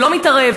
לא מתערב,